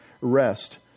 rest